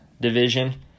division